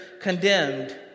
condemned